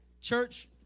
Church